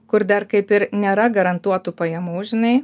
kur dar kaip ir nėra garantuotų pajamų žinai